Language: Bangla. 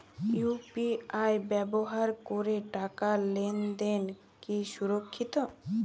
ইউ.পি.আই ব্যবহার করে টাকা লেনদেন কি সুরক্ষিত?